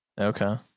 Okay